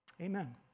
Amen